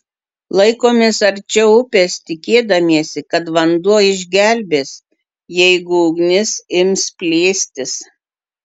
laikomės arčiau upės tikėdamiesi kad vanduo išgelbės jeigu ugnis ims plėstis